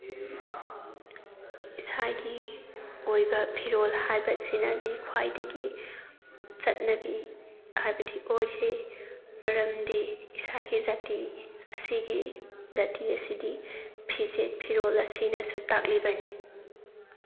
ꯏꯁꯥꯒꯤ ꯑꯣꯏꯕ ꯐꯤꯔꯣꯜ ꯍꯥꯏꯕꯁꯤꯅꯗꯤ ꯈ꯭ꯋꯥꯏꯗꯒꯤ ꯆꯠꯅꯕꯤ ꯍꯥꯏꯕꯗꯤ ꯑꯣꯏꯁꯤ ꯃꯔꯝꯗꯤ ꯏꯁꯥꯒꯤ ꯖꯥꯇꯤ ꯑꯁꯤꯒꯤ ꯖꯥꯇꯤ ꯑꯁꯤꯗꯤ ꯐꯤꯖꯦꯠ ꯐꯤꯔꯣꯟ ꯑꯁꯤꯅꯁꯨ ꯇꯥꯛꯂꯤꯕꯅꯤ